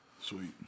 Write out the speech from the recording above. Sweet